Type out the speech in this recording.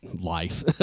life